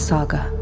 Saga